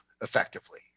effectively